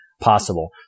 possible